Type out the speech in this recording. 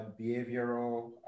behavioral